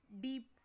deep